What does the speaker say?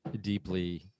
deeply